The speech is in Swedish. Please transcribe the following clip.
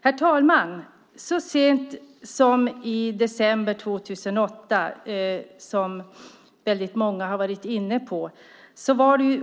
Herr talman! Så sent som i december 2008, något som många varit inne på, blev det